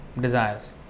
desires